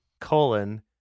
colon